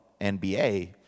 NBA